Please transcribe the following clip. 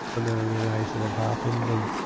and then i realized it had happened. and